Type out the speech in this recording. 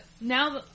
now